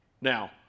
Now